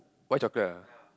white chocolate ah